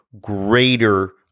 greater